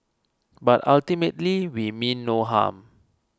but ultimately we mean no harm